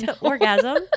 orgasm